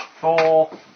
Four